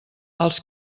els